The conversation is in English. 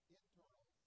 internal